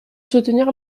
soutenir